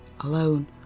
alone